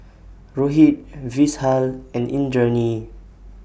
Rohit Vishal and Indranee